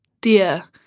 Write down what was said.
dear